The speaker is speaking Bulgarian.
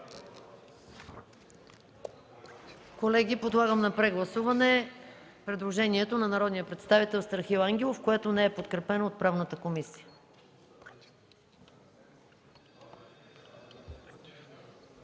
Колеги, подлагам на прегласуване предложението на народния представител Страхил Ангелов, което не е подкрепено от Правната комисия.